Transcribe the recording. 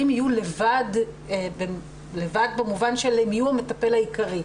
יהיו לבד במובן של הם יהיו המטפל העיקרי,